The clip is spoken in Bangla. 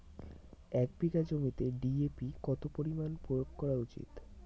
এক বিঘে জমিতে ডি.এ.পি কত পরিমাণ প্রয়োগ করা উচিৎ?